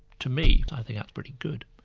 to me i think that's pretty good.